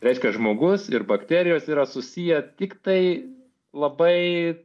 reiškia žmogus ir bakterijos yra susiję tiktai labai